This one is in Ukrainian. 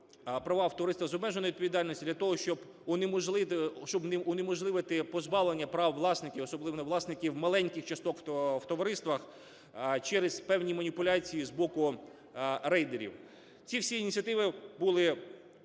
права в товариствах з обмеженою відповідальністю для того, щоб унеможливити позбавлення прав власників, особливо власників маленьких часток в товариствах через певні маніпуляції з боку рейдерів. Ці всі ініціативи були